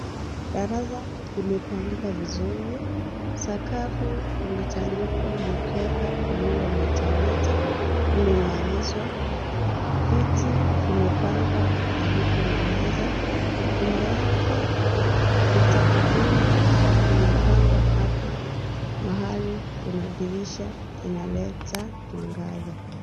Darasa limepangika vizuri. Sakafu imetandikwa mkeka uliyometameta. Umeng'aarishwa. Viti vimepangwa karibu na meza. Nyuma yake vitabu vingi vimepangwa hapo mahali kuna dirisha inaleta mwangaza.